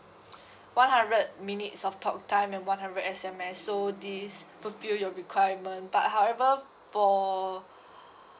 one hundred minutes of talk time and one hundred S_M_S so this fulfil your requirement but however for